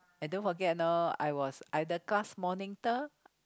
and don't forget you know I was I'm the class monitor